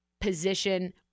position